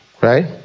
Right